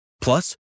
Plus